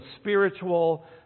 spiritual